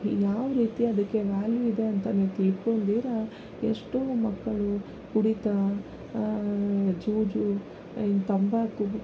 ಯಾವ ರೀತಿ ಅದಕ್ಕೆ ವ್ಯಾಲ್ಯೂ ಇದೆ ಅಂತನೇ ತಿಳ್ಕೊಳ್ದೀರ ಎಷ್ಟೋ ಮಕ್ಕಳು ಕುಡಿತ ಜೂಜು ಇನ್ನು ತಂಬಾಕು